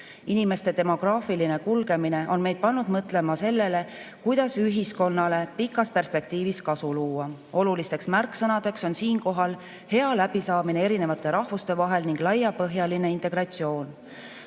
riske. Inimeste demograafiline kulgemine on meid pannud mõtlema sellele, kuidas ühiskonnale pikas perspektiivis kasu luua. Olulisteks märksõnadeks on siinkohal hea läbisaamine erinevate rahvuste vahel ning laiapõhjaline integratsioon.